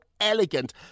Elegant